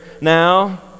now